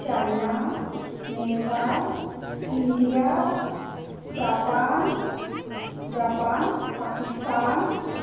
China Nepal India Japan Japan Pakistan